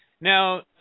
Now